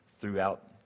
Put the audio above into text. throughout